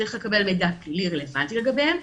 צריך לקבל מידע פלילי רלוונטי לגביהם,